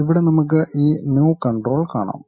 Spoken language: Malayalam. ഇവിടെ നമുക്ക് ഈ ന്യു കൺട്രോൾ കാണാം